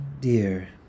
dear